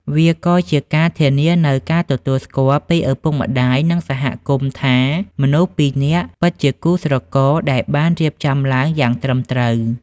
វាក៏ជាការធានានូវការទទួលស្គាល់ពីឪពុកម្ដាយ និងសហគមន៍ថា មនុស្សពីរនាក់ពិតជាគូស្រករដែលបានរៀបចំឡើងយ៉ាងត្រឹមត្រូវ។